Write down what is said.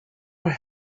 were